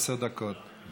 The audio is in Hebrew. התשע"ח 2018, לא נתקבלה.